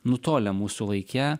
nutolę mūsų laike